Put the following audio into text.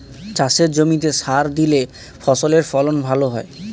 চাষের জমিতে সার দিলে ফসলের ফলন ভালো হয়